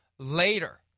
Later